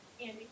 Andy